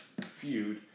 feud